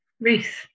Ruth